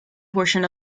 portion